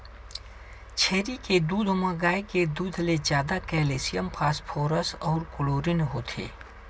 छेरी के दूद म गाय के दूद ले जादा केल्सियम, फास्फोरस अउ क्लोरीन होथे